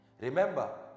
Remember